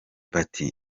bati